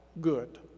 good